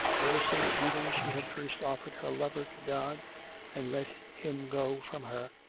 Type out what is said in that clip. ever since, even, she had first offered her lover to god and let him go from her,